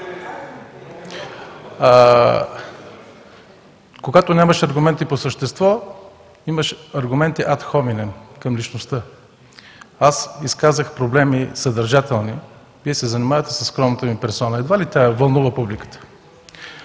Когато нямаш аргументи по същество, имаш аргументи Ad hominem към личността. Аз изказах проблеми съдържателни, Вие се занимавате със скромната ми персона. Едва ли тя вълнува публиката.